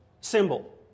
symbol